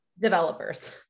developers